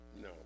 No